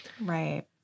Right